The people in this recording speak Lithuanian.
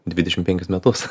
dvidešim penkis metus